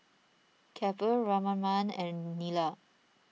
Kapil Ramanand and Neila